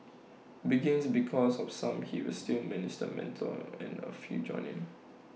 begins because of some he is still minister mentor and A few join in